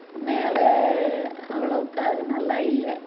மேலே அவ்வளோக்காக நல்லா இல்லை